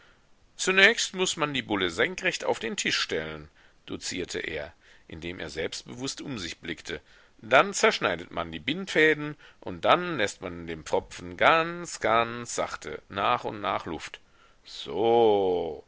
zunächst muß man die bulle senkrecht auf den tisch stellen dozierte er indem er selbstbewußt um sich blickte dann zerschneidet man die bindfäden und dann läßt man dem pfropfen ganz ganz sachte nach und nach luft sooo